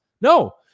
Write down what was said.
No